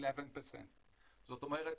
11%. זאת אומרת,